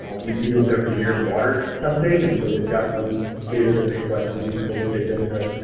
we do this every year, water testing and so they've got some data that they collect and use those data to